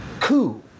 coup